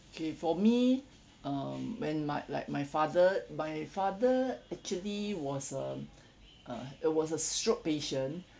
okay for me um when my like my father my father actually was um uh it was a stroke patient